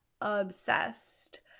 obsessed